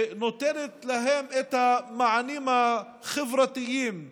שנותנת להם את המענים החברתיים והחינוכיים,